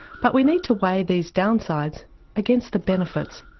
but we need to weigh these downsides against the benefits.